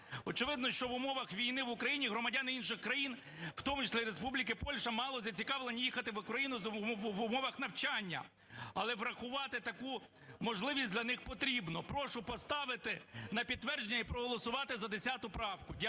Очевидно, що в умовах війни в Україні громадяни інших країн, в тому числі і Республіки Польща, мало зацікавлені їхати в Україну в умовах навчання. Але врахувати таку можливість для них потрібно. Прошу поставити на підтвердження і проголосувати за 10 правку.